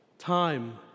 Time